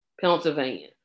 Pennsylvania